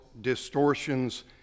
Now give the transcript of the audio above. distortions